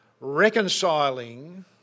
reconciling